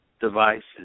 devices